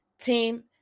team